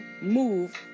move